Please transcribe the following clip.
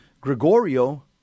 Gregorio